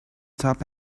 top